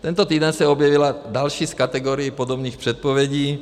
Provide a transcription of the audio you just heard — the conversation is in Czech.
Tento týden se objevila další z kategorií podobných předpovědí.